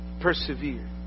Persevere